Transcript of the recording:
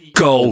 go